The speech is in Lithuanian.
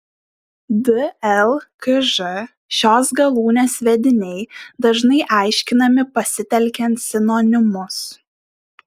dlkž šios galūnės vediniai dažnai aiškinami pasitelkiant sinonimus